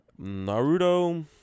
Naruto